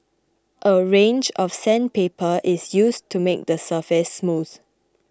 a range of sandpaper is used to make the surface smooth